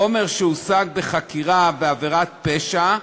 חומר שהושג בחקירה בעבירת פשע,